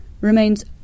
remains